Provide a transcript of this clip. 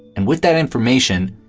and with that information.